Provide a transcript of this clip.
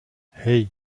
hey